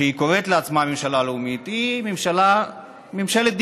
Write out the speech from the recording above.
שקוראת לעצמה ממשלה לאומית, היא ממשלת דיבורים.